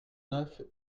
neuf